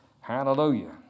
Hallelujah